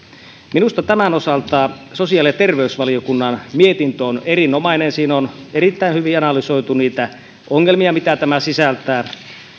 minusta tämän osalta sosiaali ja terveysvaliokunnan mietintö on erinomainen siinä on erittäin hyvin analysoitu niitä ongelmia mitä tämä sisältää